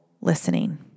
listening